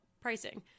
pricing